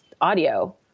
audio